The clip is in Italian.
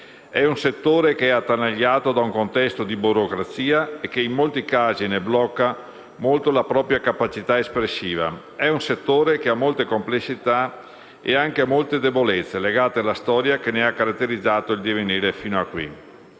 È un settore attanagliato da un contesto di burocrazia che in molti casi ne blocca molto la capacità espressiva; è un settore che ha molte complessità e anche molte debolezze legate alla storia che ne ha fin qui caratterizzato il divenire.